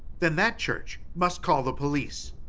then that church must call the police.